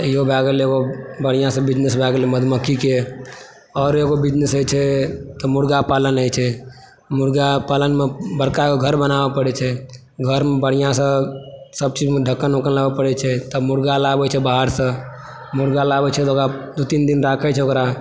इहो भए गेलै ओ बढ़िऑं सॅं बिजनेस भए गेलै मधुमक्खीके आओर एगो बिजनेस होइ छै तऽ मुर्ग़ा पालन होइ छै मुर्ग़ा पालनमे बड़का गो घर बनाबै परै छै घरमे बढ़िऑंसॅं सब चीज़मे ढक्कन उक्कन लगबय परै छै तब मुर्ग़ा लाबै छै बाहर सॅं मुर्ग़ा लाबै छै तऽ तीन दिन राखै छै ओकरा